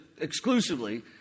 exclusively